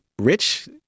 rich